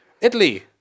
Italy